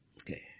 Okay